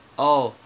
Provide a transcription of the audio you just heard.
oh